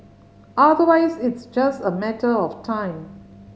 otherwise it's just a matter of time